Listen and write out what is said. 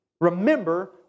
Remember